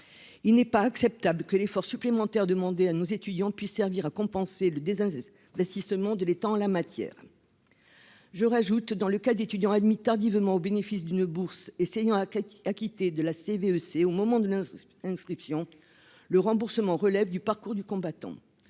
il n'est pas acceptable que l'effort supplémentaire demandé à nos étudiants puissent servir à compenser le désintérêt là si ce monde l'est en la matière, je rajoute dans le cas d'étudiants admis tardivement au bénéfice d'une bourse essayant à acquitter de la CDEC au moment de l'inscription le remboursement relève du parcours du combattant,